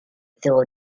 zéro